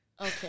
Okay